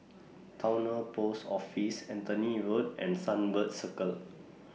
Towner Post Offices Anthony Road and Sunbird Circle